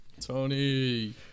Tony